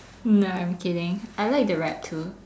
nah I'm kidding I like the wrap too